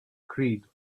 creed